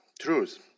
truth